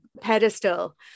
pedestal